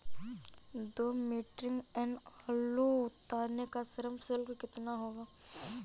दो metric ton आलू उतारने का श्रम शुल्क कितना होगा?